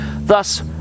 Thus